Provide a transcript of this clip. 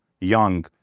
young